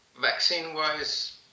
vaccine-wise